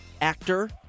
actor